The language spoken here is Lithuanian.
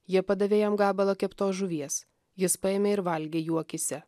jie padavė jam gabalą keptos žuvies jis paėmė ir valgė jų akyse